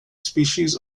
species